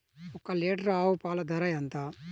ఒక్క లీటర్ ఆవు పాల ధర ఎంత?